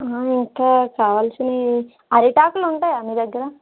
ఇంకా కావాల్సినవి అరిటాకులు ఉంటాయా మీ దగ్గర